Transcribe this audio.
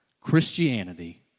Christianity